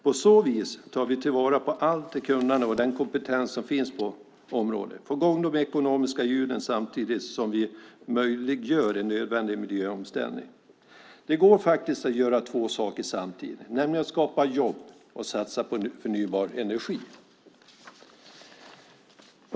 På så vis tar vi till vara allt det kunnande och den kompetens som finns på området och får i gång de ekonomiska hjulen samtidigt som vi möjliggör en nödvändig miljöomställning. Det går att göra två saker samtidigt, nämligen att skapa jobb och satsa på förnybar energi.